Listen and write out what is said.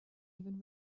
even